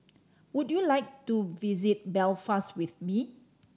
would you like to visit Belfast with me